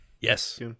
Yes